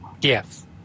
Yes